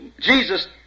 Jesus